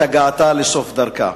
את הגעתה לסוף דרכה.